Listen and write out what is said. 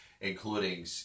including